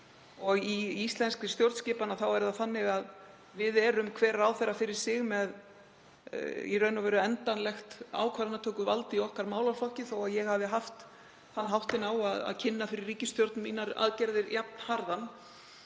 og í íslenskri stjórnskipan er það þannig að við erum, hver ráðherra fyrir sig, með í raun og veru endanlegt ákvörðunartökuvald í okkar málaflokki þó að ég hafi haft þann háttinn á að kynna fyrir ríkisstjórn aðgerðir mínar jafnharðan